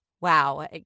wow